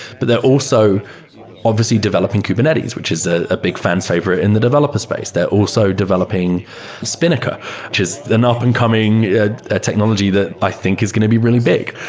but they're also obviously developing kubernetes, which is a big fan favorite in the developer space. they're also developing spinnaker, just an up and coming ah technology that i think is going to be really big.